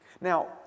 Now